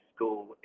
School